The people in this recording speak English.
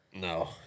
No